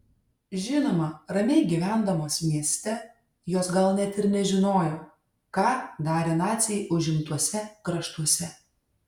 žinoma ramiai gyvendamos mieste jos gal net ir nežinojo ką darė naciai užimtuose kraštuose